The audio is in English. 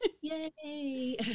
Yay